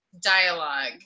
dialogue